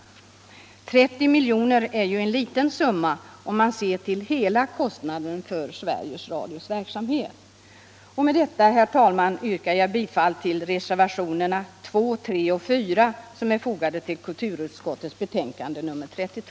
En summa på 30 milj.kr. är ju liten om man ser till hela kostnaden för Sveriges Radios verksamhet.